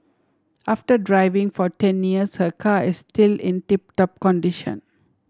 after driving for ten years her car is still in tip top condition